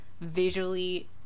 visually